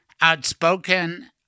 outspoken